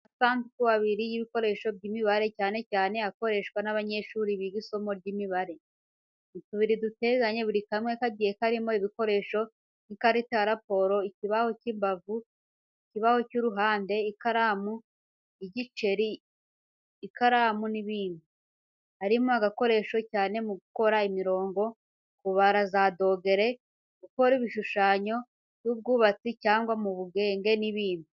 Amasanduku abiri y’ibikoresho by’imibare cyane cyane akoreshwa n’abanyeshuri biga isomo ry’Imibare. Ni tubiri duteganye buri kamwe kagiye karimo ibikoresho nk’ikarita ya raporo ikibaho cy’imbavu, ikibaho cy’uruhande, ikaramu, y’igiceri, ikaramu n’ibindi. Harimo agakoreshwa cyane mu gukora imirongo, kubara za dogere, gukora ibishushanyo by’ubwubatsi cyangwa mu bugenge n’ibindi.